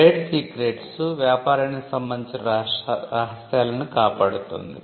trade secrets వ్యాపారానికి సంబందించిన రహస్యాలను కాపాడుతుంది